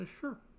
sure